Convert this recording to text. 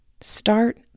Start